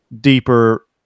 deeper